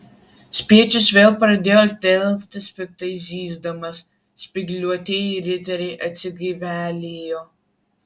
spiečius vėl pradėjo telktis piktai zyzdamas spygliuotieji riteriai atsigaivelėjo